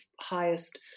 highest